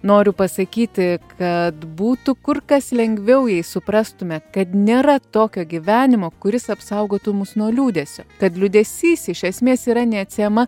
noriu pasakyti kad būtų kur kas lengviau jei suprastume kad nėra tokio gyvenimo kuris apsaugotų mus nuo liūdesio kad liūdesys iš esmės yra neatsiejama